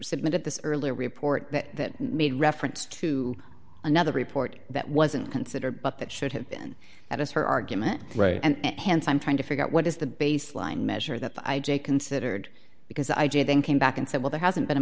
submitted this earlier report that made reference to another report that wasn't considered but that should have been at his her argument right and hence i'm trying to figure out what is the baseline measure that i j considered because i j then came back and said well there hasn't been a